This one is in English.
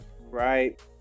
right